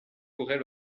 pourrait